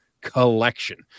collection